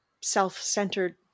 self-centered